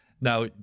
Now